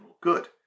good